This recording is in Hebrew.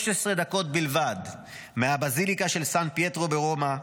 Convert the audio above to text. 13 דקות בלבד מהבזיליקה של סן פייטרו ברומא,